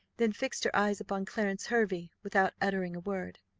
then fixed her eyes upon clarence hervey, without uttering a word.